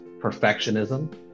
perfectionism